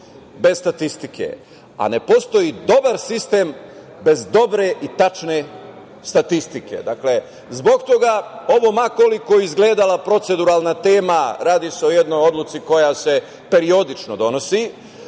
bez statistike, a ne postoji dobar sistem bez dobre i tačne statistike. Zbog toga, ovo ma koliko izgledala proceduralna tema radi se o jednoj odluci koja se periodično donosi.